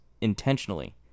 intentionally